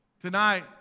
Tonight